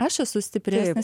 aš esu stipresnis